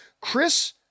Chris